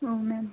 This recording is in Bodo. औ मेम